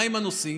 מהם הנושאים?